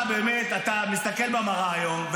איך אתה באמת מסתכל במראה היום,